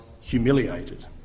humiliated